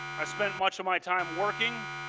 i spent much of my time working,